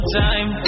time